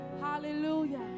Hallelujah